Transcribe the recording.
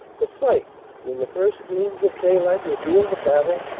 the sight, when the first gleams of daylight revealed the battle,